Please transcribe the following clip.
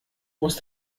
muss